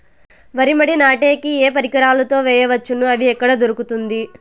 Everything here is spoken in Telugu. వరి మడి నాటే కి ఏ పరికరాలు తో వేయవచ్చును అవి ఎక్కడ దొరుకుతుంది?